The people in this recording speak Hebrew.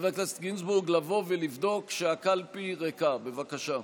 לבוא ולבדוק שהקלפי ריקה, בבקשה.